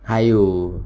还有